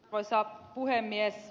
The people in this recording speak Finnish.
arvoisa puhemies